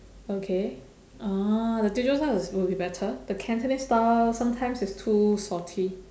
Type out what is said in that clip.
okay ah the teochew style is will be better the cantonese style sometimes is too salty